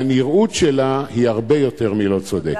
והנראות שלה היא הרבה יותר מלא-צודקת.